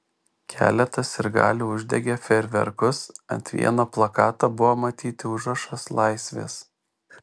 keletas sirgalių uždegė fejerverkus ant vieno plakato buvo matyti užrašas laisvės